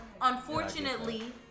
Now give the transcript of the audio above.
unfortunately